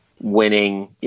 winning